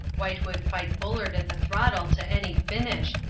white would fight bullard at the throttle to any finish,